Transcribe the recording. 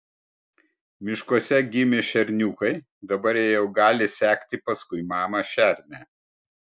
miškuose gimė šerniukai dabar jie jau gali sekti paskui mamą šernę